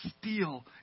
steal